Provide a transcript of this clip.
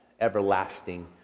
everlasting